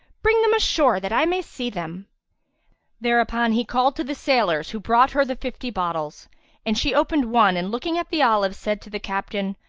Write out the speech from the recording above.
bring them ashore, that i may see them thereupon he called to the sailors, who brought her the fifty bottles and she opened one and, looking at the olives, said to the captain,